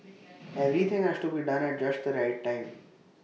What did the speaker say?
everything has to be done at just the right time